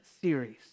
series